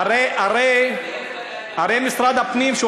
הרי משרד הפנים,